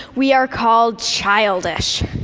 we are called childish.